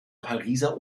pariser